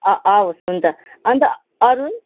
ह हवस् हुन्छ अनि त अरू